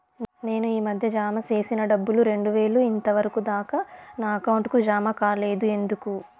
నేను ఈ మధ్య జామ సేసిన డబ్బులు రెండు వేలు ఇంతవరకు దాకా నా అకౌంట్ కు జామ కాలేదు ఎందుకు?